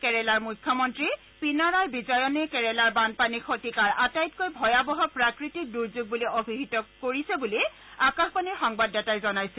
কেৰালাৰ মখ্যমন্ত্ৰী পিনাৰায় বিজয়ানে কেৰালাৰ বানপানীক শতিকাৰ আটাইতকৈ ভয়াবহ প্ৰাকৃতিক দুৰ্যোগ বুলি অভিহিত কৰিছে বুলি আকাশবাণীৰ সংবাদদাতাই জনাইছে